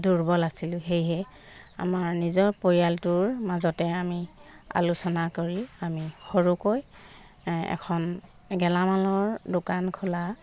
দুৰ্বল আছিলো সেয়েহে আমাৰ নিজৰ পৰিয়ালটোৰ মাজতে আমি আলোচনা কৰি আমি সৰুকৈ এখন গেলামালৰ দোকান খোলা